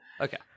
Okay